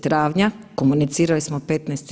Travnja, komunicirali smo 15.